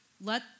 let